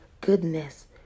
goodness